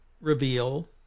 reveal